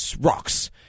rocks